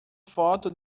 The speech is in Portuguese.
foto